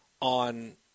on